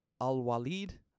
al-Walid